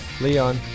Leon